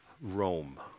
Rome